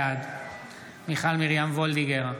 בעד מיכל מרים וולדיגר,